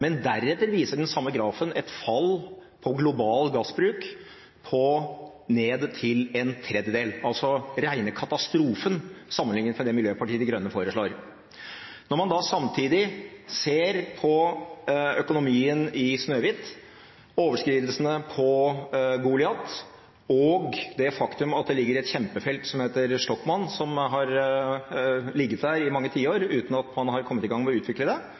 men deretter viser den samme grafen et fall i global gassbruk til en tredjedel – altså den rene katastrofen sammenliknet med det som Miljøpartiet De Grønne foreslår. Når man da samtidig ser på økonomien i Snøhvit, overskridelsene på Goliat og det faktum at det ligger et kjempefelt som heter Shtokman, som har ligget der i mange tiår, uten at man har kommet i gang med å utvikle det,